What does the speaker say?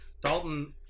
Dalton